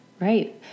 right